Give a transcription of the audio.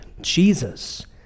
Jesus